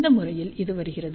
இந்த முறையில் இது வருகிறது